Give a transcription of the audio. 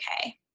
okay